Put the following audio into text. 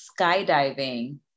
skydiving